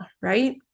right